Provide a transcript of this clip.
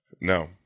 No